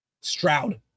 Stroud